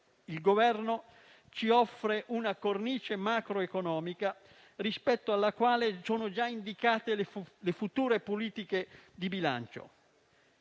il Governo ci offre una cornice macroeconomica rispetto alla quale sono già indicate le future politiche di bilancio,